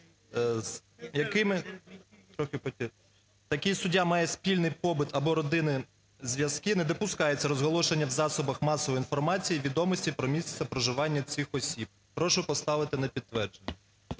такий суддя має спільний побут або родинні зв'язки, не допускається розголошення в засобах масової інформації відомостей про місце проживання цих осіб". Прошу поставити на підтвердження.